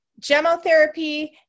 gemotherapy